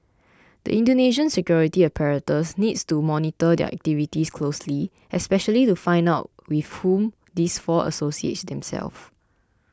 the Indonesian security apparatus needs to monitor their activities closely especially to find out with whom these four associate themselves